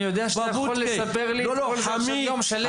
אני יודע שאתה יכול לספר לי במשך יום שלם